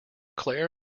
claire